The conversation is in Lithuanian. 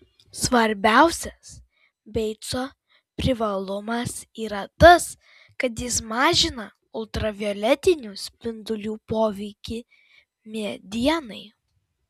svarbiausias beico privalumas yra tas kad jis mažina ultravioletinių spindulių poveikį medienai